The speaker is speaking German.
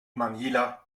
manila